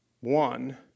one